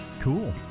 Cool